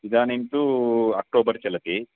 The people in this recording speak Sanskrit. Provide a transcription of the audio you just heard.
इदानीं तु अक्टोबर् चलति